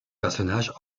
personnages